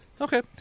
Okay